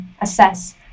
assess